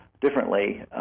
differently